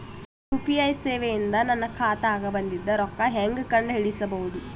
UPI ಸೇವೆ ಇಂದ ನನ್ನ ಖಾತಾಗ ಬಂದಿದ್ದ ರೊಕ್ಕ ಹೆಂಗ್ ಕಂಡ ಹಿಡಿಸಬಹುದು?